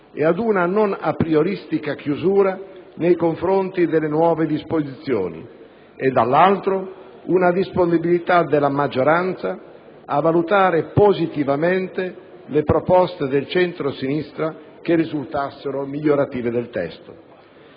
e ad una non aprioristica chiusura nei confronti delle nuove disposizioni e, dall'altro, una disponibilità della maggioranza a valutare positivamente le proposte del centrosinistra che risultassero migliorative del testo.